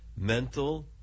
mental